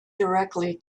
directly